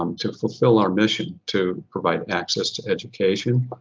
um to fulfill our mission to provide access to education,